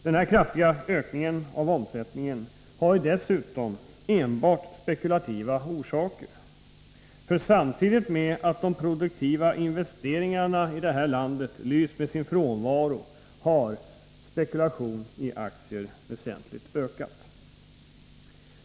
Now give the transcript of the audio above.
Denna kraftiga ökning av omsättningen har dessutom enbart spekulativa orsaker, för samtidigt med att de produktiva investeringarna i landet har lyst med sin frånvaro har aktiespekulationen ökat väsentligt.